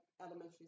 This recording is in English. elementary